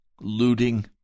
looting